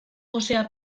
gosea